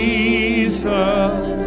Jesus